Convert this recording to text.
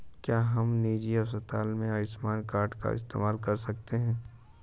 क्या हम निजी अस्पताल में आयुष्मान कार्ड का इस्तेमाल कर सकते हैं?